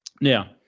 Now